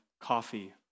coffee